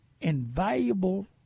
invaluable